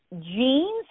genes